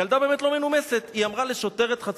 ילדה באמת לא מנומסת, היא אמרה לשוטרת "חצופה".